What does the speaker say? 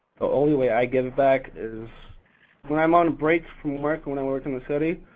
the only way i give back is when i'm on breaks from work, when i work in the city,